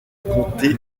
comté